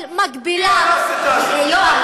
מי הרס את עזה?